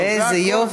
זה הכול,